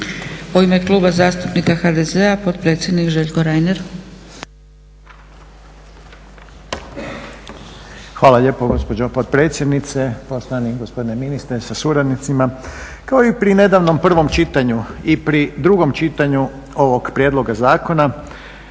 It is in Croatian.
U ime Kluba zastupnika HDZ-a potpredsjednik Željko Reiner. **Reiner, Željko (HDZ)** Hvala lijepo gospođo potpredsjednice. Poštovani gospodine ministre sa suradnicima. Kao i pri nedavnom prvom čitanju i pri drugom čitanju ovog prijedloga zakona